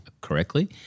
correctly